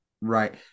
Right